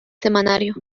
semanario